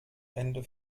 ende